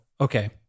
okay